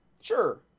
Sure